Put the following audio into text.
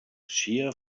shear